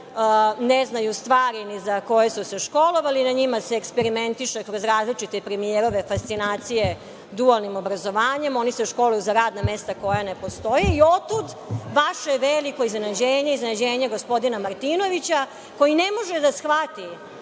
ne znaju stvari ni za koje su se školovali. Na njima se eksperimentiše kroz različite premijerove fascinacije dualnim obrazovanjem. Oni se školuju za radna mesta koja ne postoje i otud vaše veliko iznenađenje, iznenađenje gospodina Martinovića koji ne može da shvati